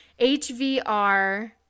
HVR